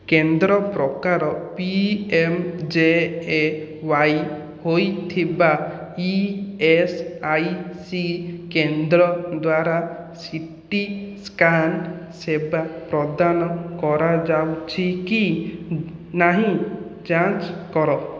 କେନ୍ଦ୍ର ପ୍ରକାର P M J A Y ହୋଇଥିବା ଇ ଏସ୍ ଆଇ ସି କେନ୍ଦ୍ର ଦ୍ୱାରା ସି ଟି ସ୍କାନ୍ ସେବା ପ୍ରଦାନ କରାଯାଉଛି କି ନାହିଁ ଯାଞ୍ଚ କର